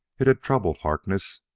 it had troubled harkness,